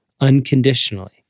unconditionally